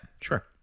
Sure